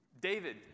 David